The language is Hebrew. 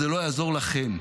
זה לא יעזור לכם.